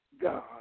God